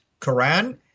Quran